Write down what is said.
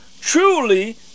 truly